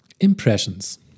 Impressions